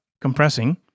compressing